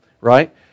right